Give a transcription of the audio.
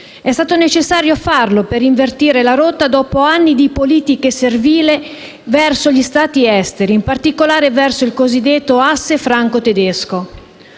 È stato necessario farlo, per invertire la rotta dopo anni di politiche servili verso gli Stati esteri, in particolare verso il cosiddetto asse franco-tedesco.